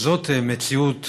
וזאת מציאות